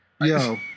Yo